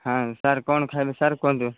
ହଁ ସାର୍ କ'ଣ ଖାଇବେ ସାର୍ କୁହନ୍ତୁ